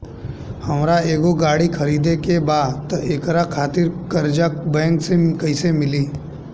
हमरा एगो गाड़ी खरीदे के बा त एकरा खातिर कर्जा बैंक से कईसे मिली?